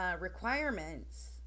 requirements